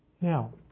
Now